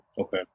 okay